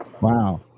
Wow